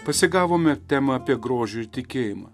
pasigavome temą apie grožį ir tikėjimą